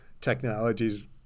technologies